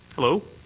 hello?